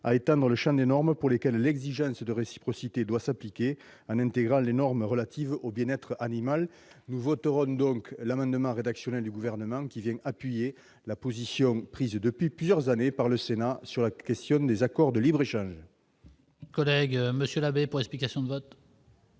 à étendre le champ des normes pour lesquelles l'exigence de réciprocité doit s'appliquer, en intégrant celles qui sont relatives au bien-être animal. Nous voterons donc l'amendement rédactionnel du Gouvernement, qui appuie la position prise depuis plusieurs années par le Sénat sur la question des accords de libre-échange. La parole est à M. Joël Labbé, pour explication de vote.